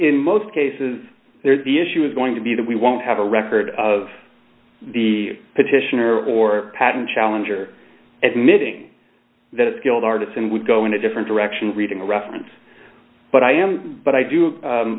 most cases there is the issue is going to be that we won't have a record of the petitioner or patten challenger admitting that skilled artisan would go in a different direction reading a reference but i am but i do